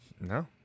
no